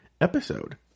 episode